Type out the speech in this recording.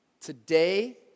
Today